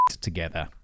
together